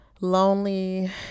lonely